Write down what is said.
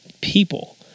people